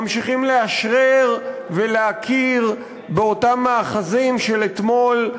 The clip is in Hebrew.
ממשיכים לאשרר ולהכיר באותם מאחזים של אתמול,